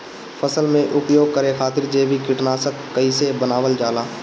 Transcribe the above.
फसल में उपयोग करे खातिर जैविक कीटनाशक कइसे बनावल जाला?